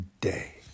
day